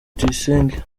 tuyisenge